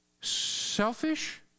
Selfish